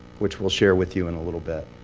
which we'll share with you in a little bit.